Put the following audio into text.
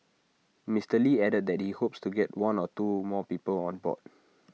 Mister lee added that he hopes to get one or two more people on board